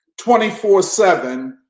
24-7